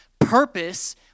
purpose